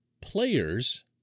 players